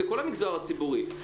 זה כל המגזר הציבורי.